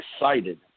excited